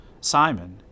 Simon